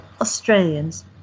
Australians